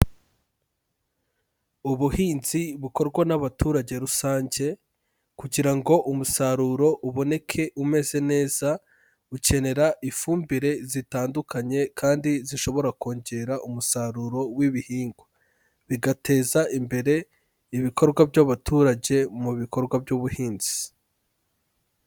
Ubuhinzi bukorwa n'abaturage rusange, kugira ngo umusaruro uboneke umeze neza, bukenera ifumbire zitandukanye kandi zishobora kongera umusaruro w'ibihingwa. Bigateza imbere ibikorwa by'abaturage mu bikorwa by'ubuhinzi.